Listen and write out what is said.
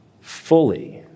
fully